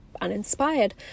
uninspired